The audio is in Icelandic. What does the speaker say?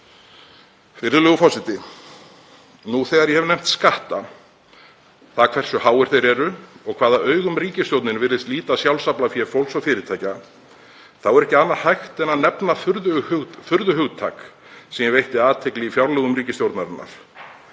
Virðulegur forseti. Nú þegar ég hef nefnt skatta, það hversu háir þeir eru og hvaða augum ríkisstjórnin virðist líta sjálfsaflafé fólks og fyrirtækja, er ekki annað hægt en að nefna furðuhugtak sem ég veitti athygli í fjárlögum ríkisstjórnarinnar.